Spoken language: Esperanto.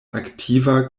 aktiva